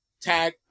tag